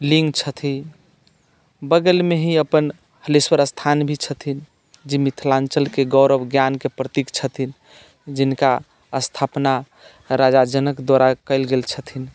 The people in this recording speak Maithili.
लिङ्ग छथिन बगलमे ही अपन हलेश्वर स्थान भी छथिन जे मिथिलाञ्चलके गौरव ज्ञानके प्रतीक छथिन जिनकर स्थापना राजा जनक द्वारा कयल गेल छथिन